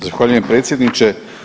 Zahvaljujem predsjedniče.